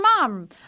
mom